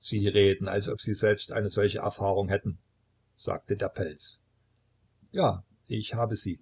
sie reden als ob sie selbst eine solche erfahrung hätten sagte der pelz ja ich habe sie